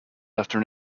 after